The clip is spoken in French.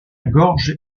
gorge